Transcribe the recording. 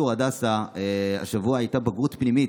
שבתיכון צור הדסה השבוע הייתה בגרות פנימית,